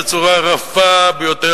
בצורה רפה ביותר,